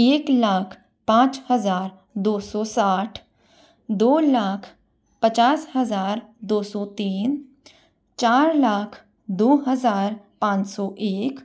एक लाख पाँच हज़ार दो सौ साठ दो लाख पचास हज़ार दो सौ तीन चार लाख दो हज़ार पाँच सौ एक